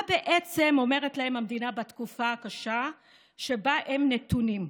מה בעצם אומרת להם המדינה בתקופה הקשה שבה הם נתונים?